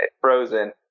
frozen